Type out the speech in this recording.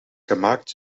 gemaakt